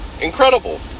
incredible